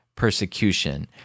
persecution